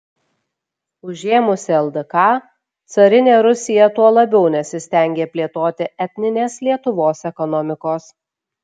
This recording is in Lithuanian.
užėmusi ldk carinė rusija tuo labiau nesistengė plėtoti etninės lietuvos ekonomikos